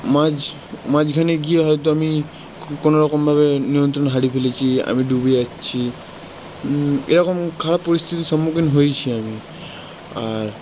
মাঝ মাঝখানে গিয়ে হয়তো আমি কোনো রকমভাবে নিয়ন্ত্রণ হারিয়ে ফেলেছি আমি ডুবে যাচ্ছি এরকম খারাপ পরিস্থিতির সম্মুখীন হয়েছি আমি আর